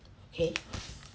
!hey!